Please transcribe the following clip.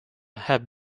had